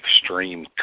extreme